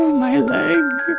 my leg.